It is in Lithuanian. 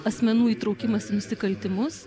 asmenų įtraukimas į nusikaltimus